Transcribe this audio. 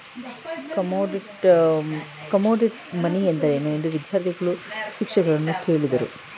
Commodity money ಎಂದರೇನು? ಎಂದು ವಿದ್ಯಾರ್ಥಿಗಳು ಶಿಕ್ಷಕರನ್ನು ಕೇಳಿದರು